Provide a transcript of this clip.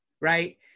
right